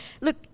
look